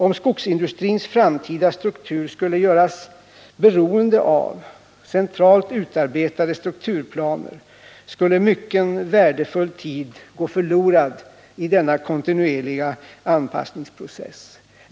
Om skogsindustrins framtida struktur skulle göras beroende av centralt utarbetade strukturplaner, skulle mycken värdefull tid gå förlorad i denna kontinuerliga anpassningsprocess.